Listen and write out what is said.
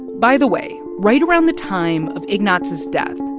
by the way, right around the time of ignaz's death,